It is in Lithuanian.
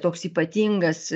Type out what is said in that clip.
toks ypatingas